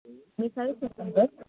మీ size చెప్పండి sir